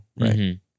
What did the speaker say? right